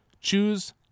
Choose